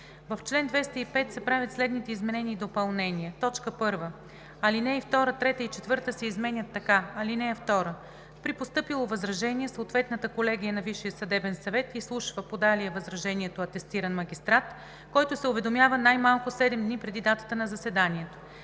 В чл. 205 се правят следните изменения и допълнения: 1. Алинеи 2, 3 и 4 се изменят така: „(2) При постъпило възражение съответната колегия на Висшия съдебен съвет изслушва подалия възражението атестиран магистрат, който се уведомява най-малко 7 дни преди датата на заседанието.